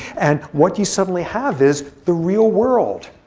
and what you suddenly have is the real world.